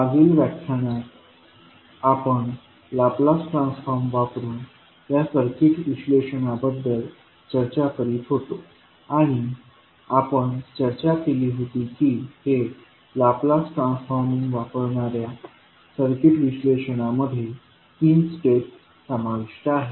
मागील व्याख्यानात आपण लाप्लास ट्रान्सफॉर्म वापरुन या सर्किट विश्लेषणाबद्दल चर्चा करीत होतो आणि आपण चर्चा केली होती की हे लाप्लास ट्रान्सफॉर्मिंग वापरणाऱ्या सर्किट विश्लेषणामध्ये तीन स्टेप्स समाविष्ट आहेत